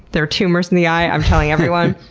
they're tumors in the eye. i'm telling everyone.